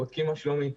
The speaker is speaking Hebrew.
בודקים מה שלומי.